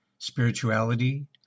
spirituality